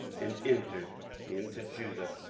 and entered into judah,